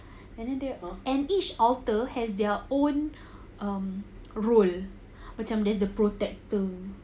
as each alter has their own um role macam there's the protector